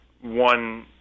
one